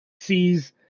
sees